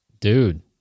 Dude